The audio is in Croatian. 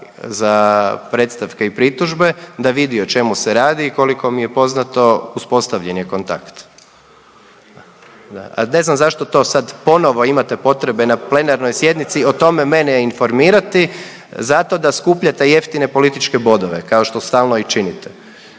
za predstavke i pritužbe da vidi o čemu se radi i koliko mi je poznato uspostavljen je kontakt. Da, a ne znam zašto to sad ponovo imate potrebe na plenarnoj sjednici o tome mene informirati zato da skupljate jeftine političke bodove kao što stalno i činite.